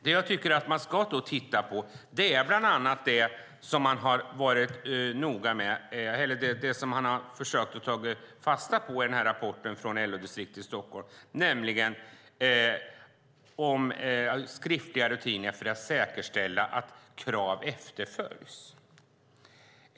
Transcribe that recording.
Det jag tycker att man ska titta på är bland annat det som man har försökt att ta fasta på i rapporten från LO-distriktet i Stockholm, nämligen skriftliga rutiner för att säkerställa att krav efterföljs.